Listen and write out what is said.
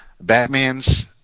Batman's